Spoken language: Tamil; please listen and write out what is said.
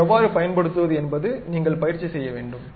இதை எவ்வாறு பயன்படுத்துவது என்பதை நீங்கள் பயிற்சி செய்ய வேண்டும்